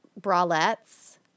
bralettes